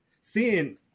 seeing